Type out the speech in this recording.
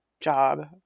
job